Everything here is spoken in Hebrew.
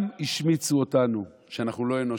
גם השמיצו אותנו שאנחנו לא אנושיים,